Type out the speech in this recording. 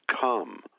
come